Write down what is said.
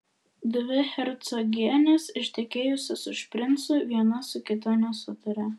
dvi hercogienės ištekėjusios už princų viena su kita nesutaria